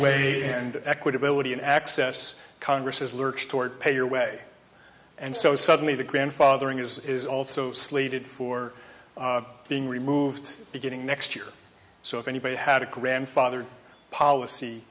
way and equitability an access congress has lurched toward pay your way and so suddenly the grandfathering is also slated for being removed beginning next year so if anybody had a grandfathered policy